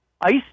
ICE